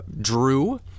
Drew